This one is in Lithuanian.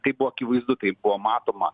tai buvo akivaizdu tai buvo matoma